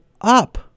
up